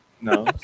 No